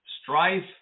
strife